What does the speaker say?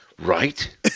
Right